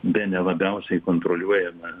bene labiausiai kontroliuojama